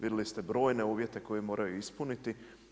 Vidjeli ste brojne uvjete koje moraju ispuniti.